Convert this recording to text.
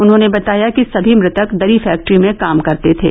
उन्होंने बताया कि सभी मुतक दरी फैक्ट्री में काम करते थे